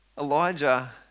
Elijah